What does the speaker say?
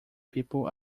people